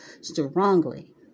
strongly